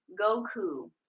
Goku